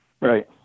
Right